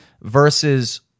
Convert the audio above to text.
versus